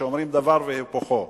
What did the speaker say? שאומרים דבר והיפוכו,